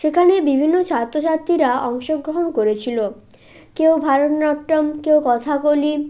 সেখানে বিভিন্ন ছাত্র ছাত্রীরা অংশগ্রহণ করেছিলো কেউ ভারতনাট্যম কেউ কথাকলি